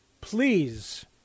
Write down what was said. please